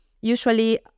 usually